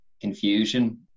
confusion